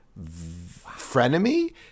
frenemy